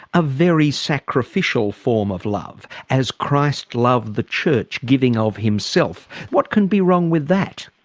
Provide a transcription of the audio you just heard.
a very sacrificial form of love as christ loved the church, giving of himself. what can be wrong with that?